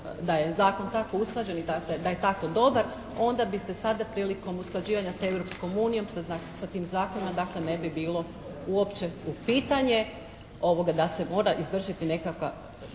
da je zakon da je tako usklađen i da je tako dobar onda bi se sada prilikom usklađivanja sa Europskom unijom, sa tim zakonima dakle ne bi bilo uopće u pitanju da se mora izvršiti neko